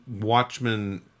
Watchmen